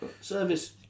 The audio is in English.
Service